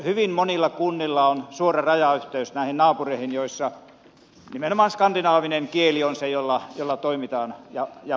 hyvin monilla kunnilla on suora rajayhteys näihin naapureihin joissa nimenomaan skandinaavinen kieli on se jolla toimitaan ja pärjätään